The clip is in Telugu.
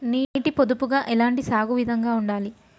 నీటి పొదుపుగా ఎలాంటి సాగు విధంగా ఉండాలి?